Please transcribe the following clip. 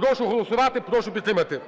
Прошу голосувати і прошу підтримати.